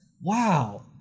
Wow